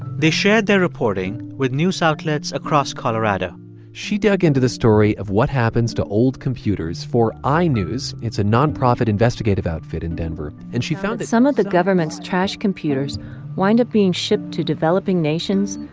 they shared their reporting with news outlets across colorado she dug into the story of what happens to old computers for i-news. it's a nonprofit investigative outfit in denver. and she found that. some of the government's trash computers wind up being shipped to developing nations,